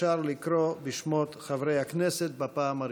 אפשר לקרוא בשמות חברי הכנסת בפעם הראשונה.